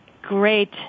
Great